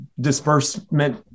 disbursement